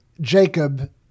Jacob